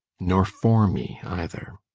nor for me, either.